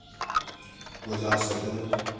बुझा सकें